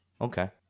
Okay